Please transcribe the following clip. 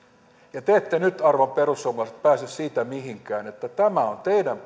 ja te ette nyt arvon perussuomalaiset pääse mihinkään siitä että tämä on teidän